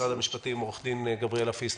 משרד המשפטים, עו"ד גבריאלה פיסמן.